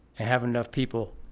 have enough people